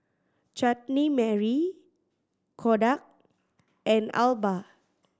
Chutney Mary Kodak and Alba